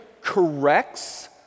corrects